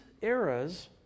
eras